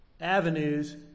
avenues